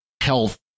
health